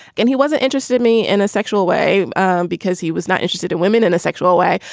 and he wasn't interested me in a sexual way because he was not interested in women in a sexual way.